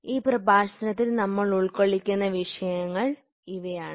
ഈ പ്രഭാഷണത്തിൽ നമ്മൾ ഉൾക്കൊള്ളിക്കുന്ന വിഷയങ്ങൾ ഇവയാണ്